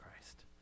Christ